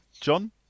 John